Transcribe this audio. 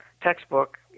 textbook